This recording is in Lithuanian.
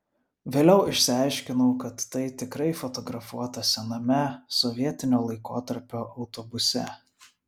vėliau išsiaiškinau kad tai tikrai fotografuota sename sovietinio laikotarpio autobuse